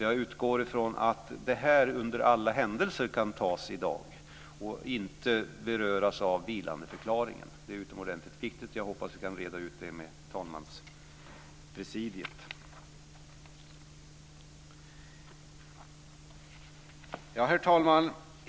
Jag utgår därför från att beslut om detta under alla händelser kan fattas i dag och inte beröras av vilandeförklaringen. Det är utomordentligt viktigt. Jag hoppas att vi kan reda ut det med talmanspresidiet. Herr talman!